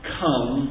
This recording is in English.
come